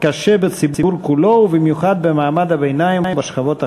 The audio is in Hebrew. קשות בציבור כולו ובמיוחד במעמד הביניים ובשכבות החלשות.